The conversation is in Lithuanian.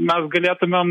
mes galėtumėm